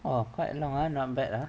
!wah! quite long ah not bad ah